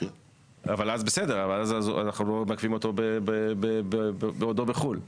ואז אנחנו לא מעכבים אותו בעודו בחו"ל.